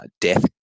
Death